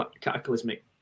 cataclysmic